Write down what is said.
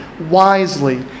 wisely